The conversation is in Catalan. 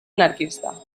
anarquista